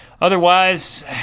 otherwise